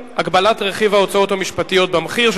17, נגד, 41, אין נמנעים.